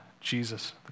Jesus